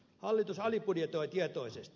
hallitus alibudjetoi tietoisesti